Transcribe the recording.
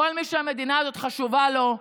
כל מי שהמדינה הזאת חשובה לו,